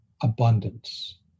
abundance